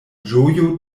ĝojo